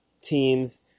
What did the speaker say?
teams